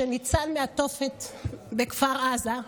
שניצל מהתופת בכפר עזה,